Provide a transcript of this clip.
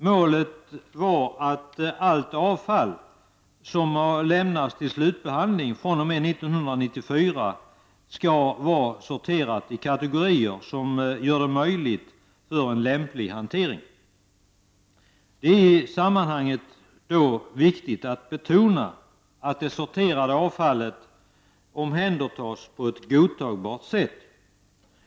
Målet är att allt avfall som lämnas till slutbehandling fr.o.m. 1994 skall vara sorterat i kategorier som möjliggör lämplig hantering. Det är i sammanhanget viktigt att betona att det sorterade avfallet måste omhändertas på ett godtagbart sätt.